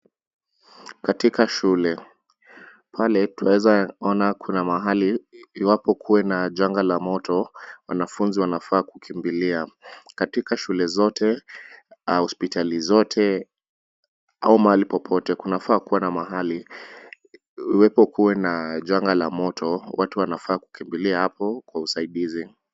Katika shule, pale tunawezaona kuna mahali iwapo kuwe na janga la moto, wanafunzi wanafaa kukimbilia. Katika shule zote, hospitali zote au mahali popote kunafaa kuwa na mahali. Iwepo kuwe na janga la moto, watu wanafaa kukimbilia hapo kwa usaidizi.